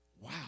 Wow